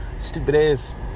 stupid-ass